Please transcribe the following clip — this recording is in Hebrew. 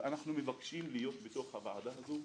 ואנחנו מבקשים להיות בתוך הוועדה הזו.